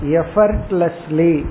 effortlessly